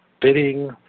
bidding